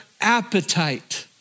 appetite